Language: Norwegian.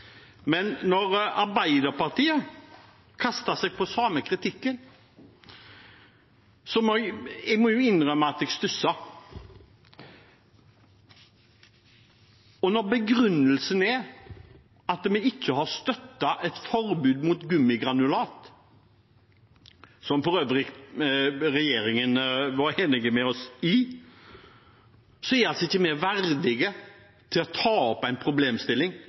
men når Arbeiderpartiet kaster seg på den samme kritikken, må jeg innrømme at jeg stusser. Og når begrunnelsen er at vi ikke har støttet et forbud mot gummigranulat, noe for øvrig regjeringen var enig med oss i, så er altså ikke vi verdige til å ta opp en problemstilling